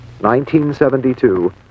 1972